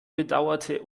bedauerte